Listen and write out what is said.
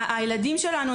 הילדים שלנו,